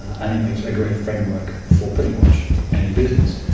and it makes a great framework for pretty much any business.